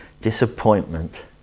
disappointment